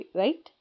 right